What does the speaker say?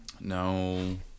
No